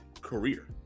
career